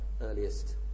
earliest